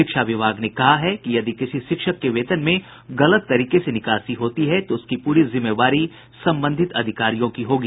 शिक्षा विभाग ने कहा है कि यदि किसी शिक्षक के वेतन में गलत तरीके से निकासी होती है तो उसकी पूरी जिम्मेवारी संबंधित अधिकारियों की होगी